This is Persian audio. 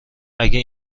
اگه